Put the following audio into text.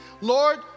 Lord